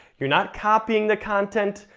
you're not copying the content,